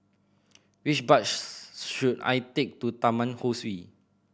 which bus should I take to Taman Ho Swee